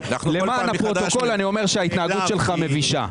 למען הפרוטוקול אני אומר שההתנהגות שלך מבישה.